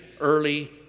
early